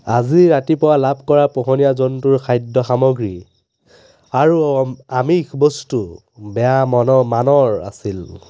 আজি ৰাতিপুৱা লাভ কৰা পোহনীয়া জন্তুৰ খাদ্য সামগ্ৰী আৰু অ আমিষ বস্তু বেয়া মনৰ মানৰ আছিল